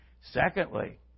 Secondly